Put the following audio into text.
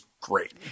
great